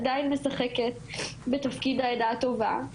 עדיין משחקת בתפקיד העדה הטובה,